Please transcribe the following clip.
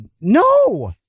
no